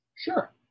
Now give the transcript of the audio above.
Sure